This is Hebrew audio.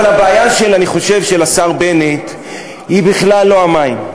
אבל אני חושב שהבעיה של השר בנט היא בכלל לא המים.